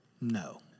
no